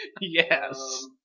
Yes